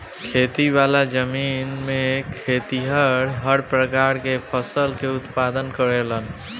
खेती वाला जमीन में खेतिहर हर प्रकार के फसल के उत्पादन करेलन